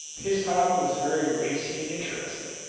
his talk was very racy and interesting,